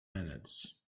minutes